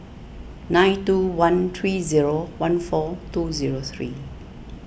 nine two one three zero one four two zero three